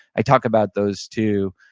i talked about those two,